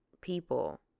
people